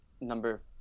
number